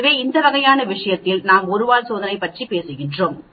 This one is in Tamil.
எனவே அந்த வகையான விஷயத்தில் நாம் ஒரு வால் சோதனை பற்றி பேசுகிறோம்